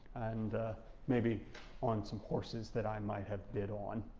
and maybe on some horses that i might have bid on.